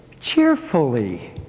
cheerfully